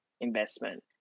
investment